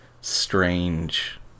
strange